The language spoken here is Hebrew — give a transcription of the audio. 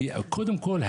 קודם כול,